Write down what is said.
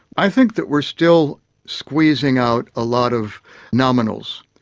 i think that we're still squeezing out a lot of nominals,